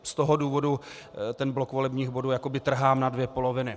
Z toho důvodu ten blok volebních bodů jakoby trhám na dvě poloviny.